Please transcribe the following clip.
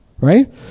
right